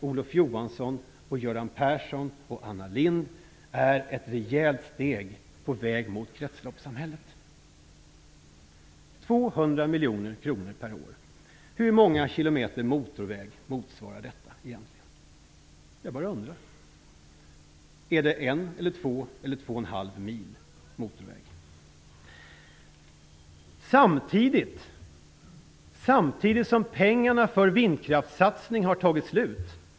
Olof Johansson, Göran Persson och Anna Lindh hävdar att detta är ett rejält steg på väg mot kretsloppssamhället. Hur många kilometer motorväg motsvarar egentligen 200 miljoner kronor per år? Jag bara undrar. Är det en, två eller två och en halv mil motorväg? Samtidigt har pengarna för vindkraftssatsningen tagit slut.